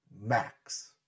Max